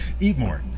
Eatmore